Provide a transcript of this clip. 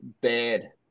bad